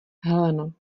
heleno